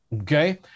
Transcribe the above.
okay